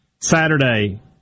Saturday